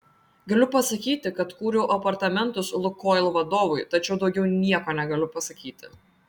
galiu pasakyti kad kūriau apartamentus lukoil vadovui tačiau daugiau nieko negaliu pasakyti